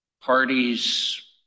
parties